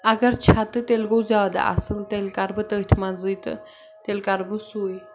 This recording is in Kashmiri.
اَگر چھےٚ تہٕ تیٚلہِ گوٚو زیادٕ اَصٕل تیٚلہِ کَرٕ بہٕ تٔتھۍ منٛزٕے تہٕ تیٚلہِ کَرٕ بہٕ سُے